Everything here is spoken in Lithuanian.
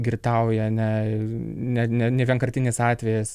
girtauja ne net ne ne vienkartinis atvejis